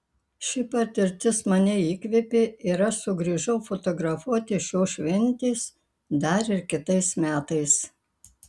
ši patirtis mane įkvėpė ir aš sugrįžau fotografuoti šios šventės dar ir kitais metais